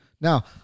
Now